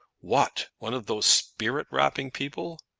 what! one of those spirit-rapping people?